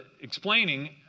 explaining